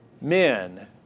Men